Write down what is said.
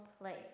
place